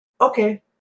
Okay